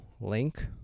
link